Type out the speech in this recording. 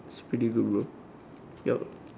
it's pretty good bro your